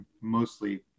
mostly